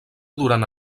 durant